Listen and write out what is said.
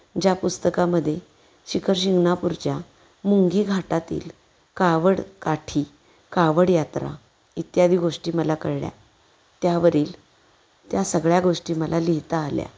ज्या पुस्तकामध्ये शिखर शिंगणापूरच्या मुंगी घाटातील कावड काठी कावड यात्रा इत्यादी गोष्टी मला कळल्या त्यावरील त्या सगळ्या गोष्टी मला लिहिता आल्या